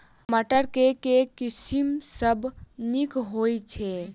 मटर केँ के किसिम सबसँ नीक होइ छै?